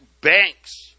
banks